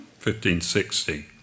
1560